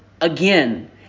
again